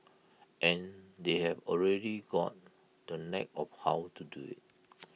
and they've already got the knack of how to do IT